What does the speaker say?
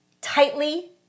tightly